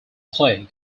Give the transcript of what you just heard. clay